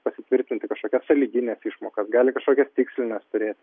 pasitvirtinti kažkokias sąlygines išmokas gali kažkokias tikslines turėti